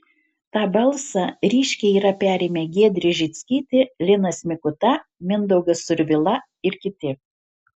tą balsą ryškiai yra perėmę giedrė žickytė linas mikuta mindaugas survila ir kiti